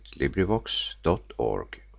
LibriVox.org